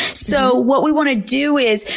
so, what we want to do is,